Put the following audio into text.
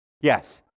Yes